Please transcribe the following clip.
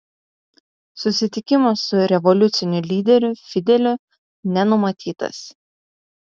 susitikimas su revoliuciniu lyderiu fideliu nenumatytas